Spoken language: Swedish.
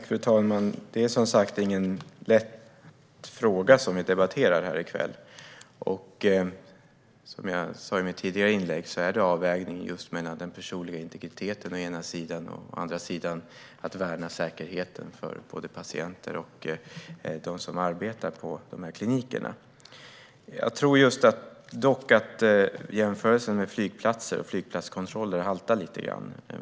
Fru talman! Det är som sagt ingen lätt fråga vi debatterar här i kväll. Som jag sa i mitt tidigare inlägg handlar det om avvägning mellan den personliga integriteten å ena sidan och att värna säkerheten för patienter och för dem som arbetar på klinikerna å andra sidan. Jag tror dock att jämförelsen med flygplatskontroller haltar lite.